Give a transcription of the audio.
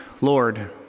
Lord